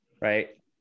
right